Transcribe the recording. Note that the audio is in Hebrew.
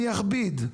אני אכביד,